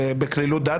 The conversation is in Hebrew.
ב"קלילות דעת",